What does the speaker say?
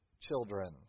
children